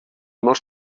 molts